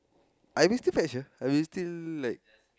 I will still fetch her I will still like